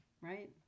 right